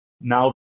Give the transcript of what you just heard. now